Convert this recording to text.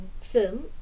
film